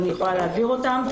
אבל אני יכולה להעביר אותם,